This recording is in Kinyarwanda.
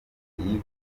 yivugiye